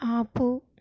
ఆపు